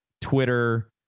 Twitter